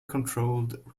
controlled